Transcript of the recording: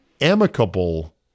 amicable